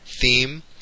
theme